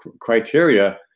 criteria